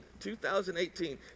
2018